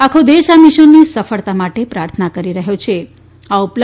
આખો દેશ આ મિશનની સફળતા માટે પ્રાર્થના કરી રહ્યો છેઆ ઉપલ